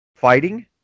fighting